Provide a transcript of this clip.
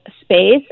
space